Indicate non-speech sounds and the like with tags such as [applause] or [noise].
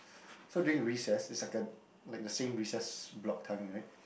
[breath] so during recess it's like a like a same recess block timing right